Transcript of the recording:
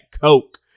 coke